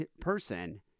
person